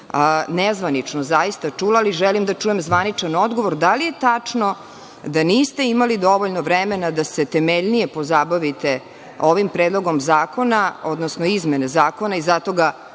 nezvanično zaista čula, ali želim da čujem zvaničan odgovor - da li je tačno da niste imali dovoljno vremena da se temeljnije pozabavite ovim Predlogom zakona, odnosno izmenama zakona i zato